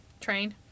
train